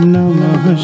Namah